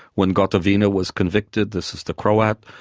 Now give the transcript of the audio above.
when gotovina was convicted, this is the croat,